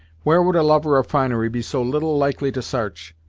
where would a lover of finery be so little likely to s'arch,